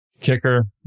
Kicker